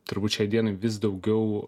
turbūt šiai dienai vis daugiau